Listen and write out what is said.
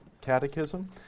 Catechism